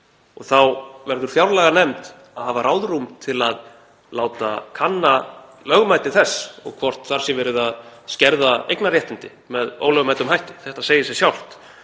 Þá verður fjárlaganefnd að hafa ráðrúm til að láta kanna lögmæti þess og hvort þar sé verið að skerða eignarréttindi með ólögmætum hætti. Þetta segir sig sjálft